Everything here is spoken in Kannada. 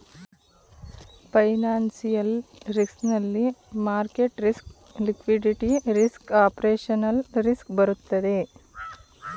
ಫೈನಾನ್ಸಿಯಲ್ ರಿಸ್ಕ್ ನಲ್ಲಿ market risk, liquidity risk, operational risk ಬರುತ್ತದೆ